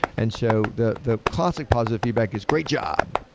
and so the the classic positive feedback is, great job!